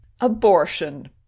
abortion